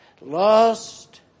lost